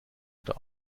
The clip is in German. unter